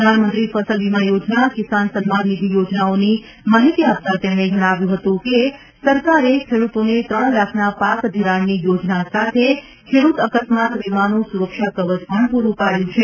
પ્રધાનમંત્રી ફસલ વીમા યોજના કીસાન સન્માન નિધિ યોજનાઓની માહિતી આપતા તેમણે જણાવ્યું હતું કે સરકારે ખેડૂતોને ત્રણ લાખના પાક ધીરાણની યોજના સાથે ખેડૂત અકસ્માત વીમાનું સુરક્ષા કવચ પણ પુરૂ પાડયું છે